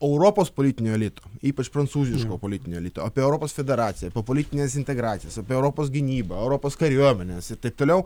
europos politinio elito ypač prancūziško politinio elito apie europos federaciją po politinės integracijos apie europos gynybą europos kariuomenes ir taip toliau